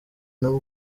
nabo